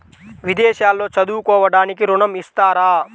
విదేశాల్లో చదువుకోవడానికి ఋణం ఇస్తారా?